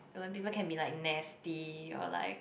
well people can be like nasty or like